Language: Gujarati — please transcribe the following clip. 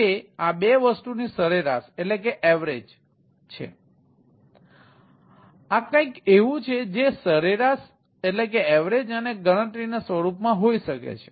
તેથી આ કંઈક એવું છે જે સરેરાશ અને ગણતરીના સ્વરૂપમાં હોઈ શકે છે